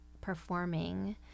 performing